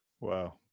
Wow